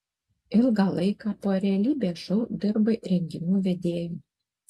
ilgą laiką po realybės šou dirbai renginių vedėju